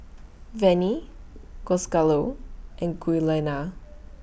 Vannie Gonzalo and Giuliana